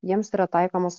jiems yra taikomos